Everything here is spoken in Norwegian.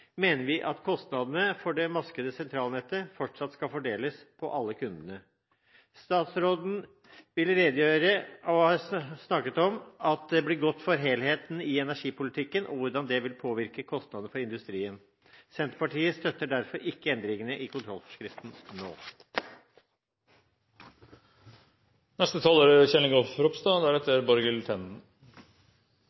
mener vi at kostnadene for det maskede sentralnettet fortsatt skal fordeles på alle kundene. Statsråden har snakket om at det blir godt for helheten i energipolitikken og hvordan det vil påvirke kostnadene for industrien. Senterpartiet støtter derfor ikke endringene i kontrollforskriften